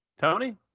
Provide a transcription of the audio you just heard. Tony